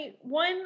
One